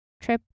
trip